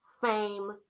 fame